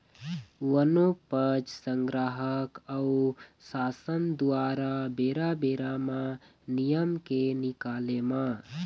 बनोपज संग्राहक अऊ सासन दुवारा बेरा बेरा म नियम के निकाले म